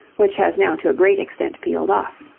which has now to a great extent peeled off.